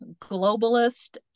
globalist